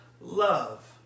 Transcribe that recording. love